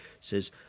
says